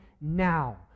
now